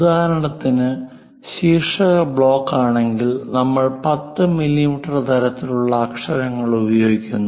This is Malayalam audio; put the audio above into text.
ഉദാഹരണത്തിന് ശീർഷക ബ്ലോക്കാണെങ്കിൽ നമ്മൾ 10 മില്ലിമീറ്റർ തരത്തിലുള്ള അക്ഷരങ്ങൾ ഉപയോഗിക്കുന്നു